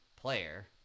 player